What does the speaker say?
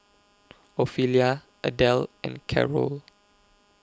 Ophelia Adelle and Carrol